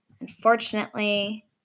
unfortunately